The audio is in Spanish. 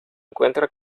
encuentra